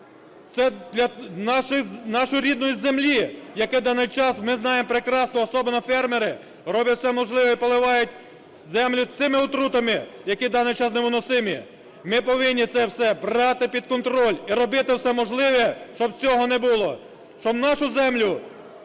нашої, нашої рідної землі, як на даний час ми знаємо прекрасно, особенно фермери, роблять все можливе і поливають землю цими отрутами, які на даний час невиносимі. Ми повинні це все брати під контроль і робити все можливе, щоб цього не було. Щоб нашу землю